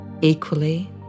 Equally